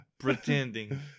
pretending